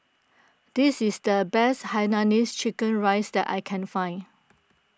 this is the best Hainanese Chicken Rice that I can find